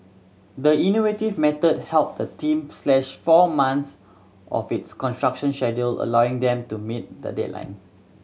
the innovative method helped the team slash four months off its construction schedule allowing them to meet the deadline